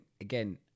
again